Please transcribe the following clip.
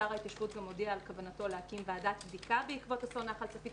שר ההתיישבות הודיע על כוונתו להקים ועדת בדיקה בעקבות אסון נחל צפית.